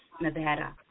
Nevada